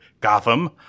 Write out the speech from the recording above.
Gotham